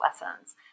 lessons